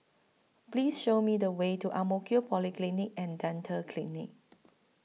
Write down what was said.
Please Show Me The Way to Ang Mo Kio Polyclinic and Dental Clinic